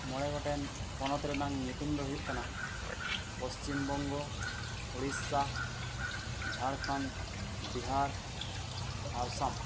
ᱢᱚᱬᱮ ᱜᱚᱴᱮᱱ ᱯᱚᱱᱚᱛ ᱨᱮᱱᱟᱝ ᱧᱩᱛᱩᱢ ᱫᱚ ᱦᱩᱭᱩᱜ ᱠᱟᱱᱟ ᱯᱚᱥᱪᱤᱢ ᱵᱚᱝᱜᱚ ᱩᱲᱤᱥᱥᱟ ᱡᱷᱟᱲᱠᱷᱚᱸᱰ ᱵᱤᱦᱟᱨ ᱟᱥᱟᱢ